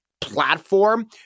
platform